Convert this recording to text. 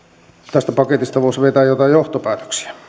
tästä paketista voisi vetää johtopäätöksiä